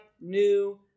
new